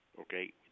okay